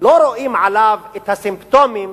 לא רואים עליו את הסימפטומים